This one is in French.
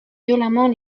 violemment